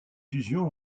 fusion